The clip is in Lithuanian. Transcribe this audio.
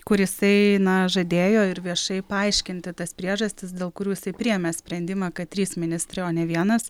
kur jisai na žadėjo ir viešai paaiškinti tas priežastis dėl kurių jisai priėmė sprendimą kad trys ministrai o ne vienas